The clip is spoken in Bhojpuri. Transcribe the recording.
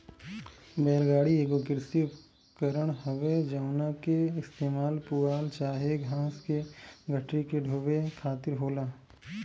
बैल गाड़ी एगो कृषि उपकरण हवे जवना के इस्तेमाल पुआल चाहे घास के गठरी के ढोवे खातिर होला